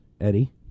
Eddie